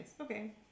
okay